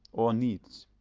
or needs.